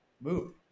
move